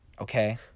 Okay